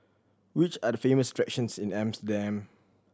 which are the famous attractions in Amsterdam